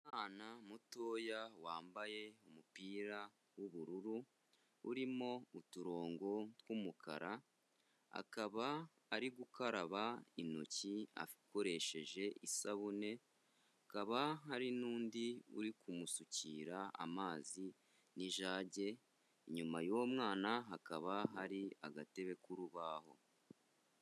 Umwana mutoya wambaye umupira w'ubururu urimo uturongo tw'umukara, akaba ari gukaraba intoki akoresheje isabune, hakaba hari n'undi uri kumusukira amazi n'ijage, inyuma y'uwo mwana hakaba hari agatebe k'urubaho.